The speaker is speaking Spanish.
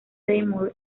seymour